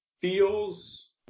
feels